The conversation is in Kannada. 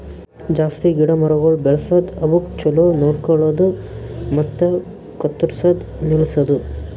ಜಾಸ್ತಿ ಗಿಡ ಮರಗೊಳ್ ಬೆಳಸದ್, ಅವುಕ್ ಛಲೋ ನೋಡ್ಕೊಳದು ಮತ್ತ ಕತ್ತುರ್ಸದ್ ನಿಲ್ಸದು